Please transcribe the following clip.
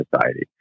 society